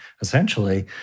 essentially